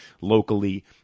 locally